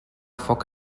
foc